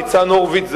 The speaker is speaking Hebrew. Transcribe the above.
ניצן הורוביץ,